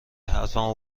حرفمو